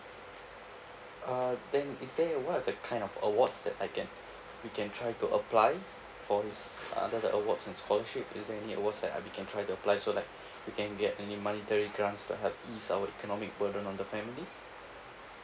uh then is there what are the kind of awards that I can we can try to apply for his under the awards and scholarship is there any awards that I we can try to apply so like we can get any monetary grant like to help ease our economic burden on the family